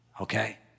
okay